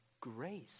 grace